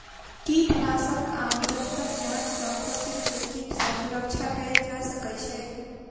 कीटनाशक आ निरंतर जांच सॅ फसिल के कीट सॅ सुरक्षा कयल जा सकै छै